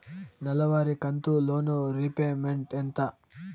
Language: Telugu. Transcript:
నెలవారి కంతు లోను రీపేమెంట్ ఎంత?